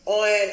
on